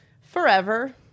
Forever